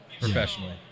professionally